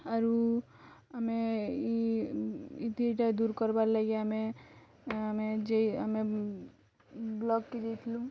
ଆରୁ ଆମେ ଇଥର୍ ଦୂର୍ କର୍ବାର୍ଲାଗି ଆମେ ଯେ ଆମେ ବ୍ଲକ୍କେ ଯେଇଥିଲୁ